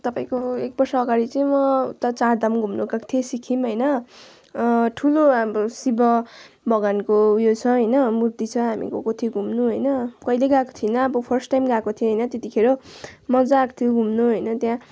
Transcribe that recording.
तपाईँको एक वर्ष अगाडि चाहिँ म उता चारधाम घुम्नु गएको थिएँ सिक्किम होइन ठुलो अब शिव भगवान्को उयो छ होइन मुर्ति छ हामी गएको थियौँ घुम्नु होइन कहिले गएको थिइनँ अब फर्स्ट टाइम गएको थिएँ होइन त्यतिखेर मजा आएको थियो घुम्नु होइन त्यहाँ